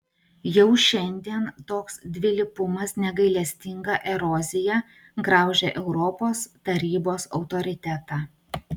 jau šiandien toks dvilypumas negailestinga erozija graužia europos tarybos autoritetą